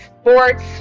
sports